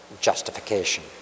justification